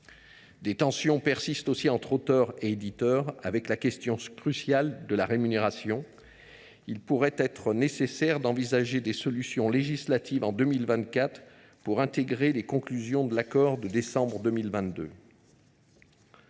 Des tensions persistent aussi entre auteurs et éditeurs, notamment sur la question cruciale de la rémunération. Il pourrait être nécessaire d’envisager des solutions législatives en 2024 pour intégrer les conclusions de l’accord de décembre 2022.